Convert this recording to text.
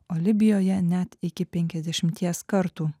o libijoje net iki penkiasdešimties kartų